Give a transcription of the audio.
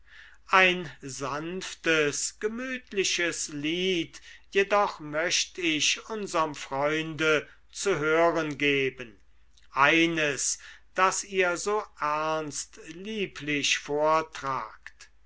ein sanftes gemütliches lied jedoch möcht ich unserm freunde zu hören geben eines das ihr so ernst lieblich